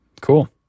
Cool